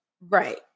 Right